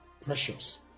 Precious